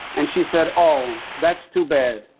and she said, oh, that's too bad.